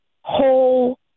whole